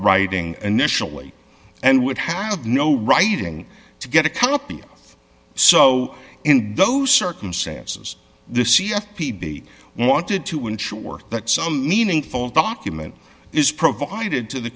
writing initially and would have no writing to get a copy so in those circumstances the c f p be wanted to ensure that some meaningful document is provided to the